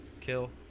kill